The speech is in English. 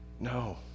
no